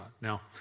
Now